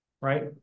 right